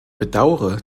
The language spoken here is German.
bedauere